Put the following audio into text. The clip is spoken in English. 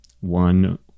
one